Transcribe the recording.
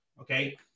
okay